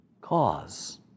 Cause